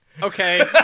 Okay